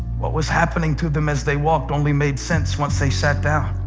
what was happening to them as they walked only made sense once they sat down.